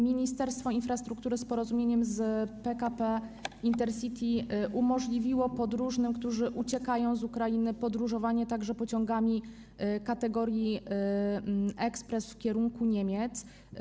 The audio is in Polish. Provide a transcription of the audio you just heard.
Ministerstwo Infrastruktury w porozumieniu z PKP InterCity umożliwiło podróżnym, którzy uciekają z Ukrainy, podróżowanie także pociągami kategorii ekspres w kierunku Niemiec.